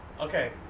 Okay